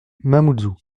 mamoudzou